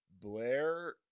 Blair